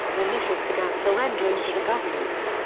militias began surrendering to the government.